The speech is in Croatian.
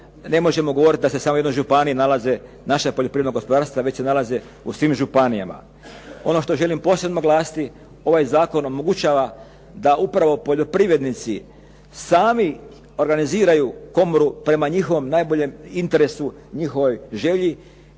ne možemo govorit da se samo u jednoj županiji nalaze naša poljoprivredna gospodarstva, već se nalaze u svim županijama. Ono što želim posebno naglasiti, ovaj zakon omogućava da upravo poljoprivrednici sami organiziraju komoru prema njihovom najboljem interesu, njihovoj želji